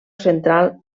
central